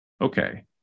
Okay